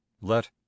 Let